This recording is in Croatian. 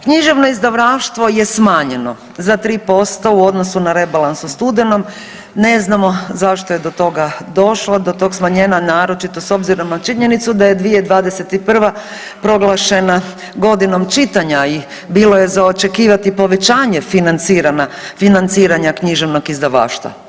Književno izdavaštvo je smanjeno za 3% u odnosu na rebalans u studenom, ne znamo zašto je do toga došlo, do tog smanjenja naročito s obzirom na činjenicu da je 2021. proglašena godinom čitanja i bilo je za očekivat povećanje financiranja književnog izdavaštva.